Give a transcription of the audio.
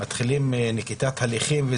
מתחילים בנקיטת הליכים,